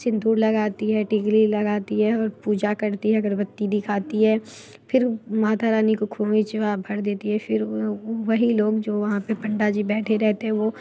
सिंदूर लगाती है टिकली लगाती है और पूजा करती है अगरबत्ती दिखाती है फिर माता रानी को खोमेचवा भर देती है फिर वही लोग जो वहाँ पे पंडाजी बैठे रहते हैं वो